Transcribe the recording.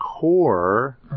core